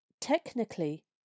technically